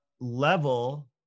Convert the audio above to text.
level